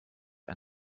ein